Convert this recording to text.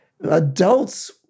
Adults